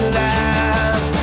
laugh